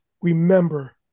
remember